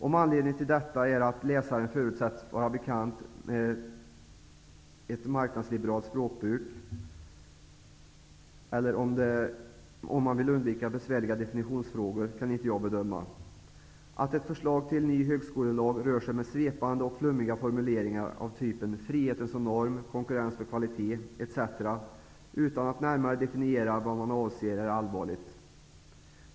Om anledningen till detta är att läsaren förutsätts vara bekant med ett marknadsliberalt språkbruk eller att man vill undvika besvärliga definitionsfrågor, kan jag inte bedöma. Att ett förslag till ny högskolelag rör sig med svepande och flummiga formuleringar av typen ''friheten som norm'', ''konkurrens för kvalitet'' etc., utan att närmare definiera vad man avser, är allvarligt.